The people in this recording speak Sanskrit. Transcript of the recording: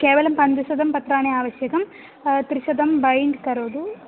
केवलं पञ्चशतं पत्राणि आवश्यकानि त्रिशतं बैण्ड् करोतु